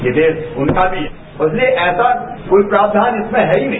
ये देश उनका भी है इसलिए ऐसा कोई प्रावधान इसमें है ही नहीं